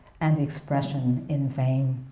and the expression in vain.